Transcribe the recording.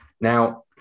Now